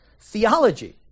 Theology